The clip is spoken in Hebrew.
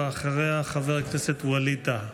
אחריה, חבר הכנסת ווליד טאהא.